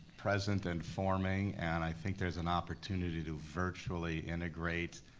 present and forming and i think there's an opportunity to virtually integrate